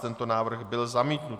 Tento návrh byl zamítnut.